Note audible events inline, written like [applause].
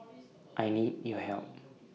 [noise] I need your help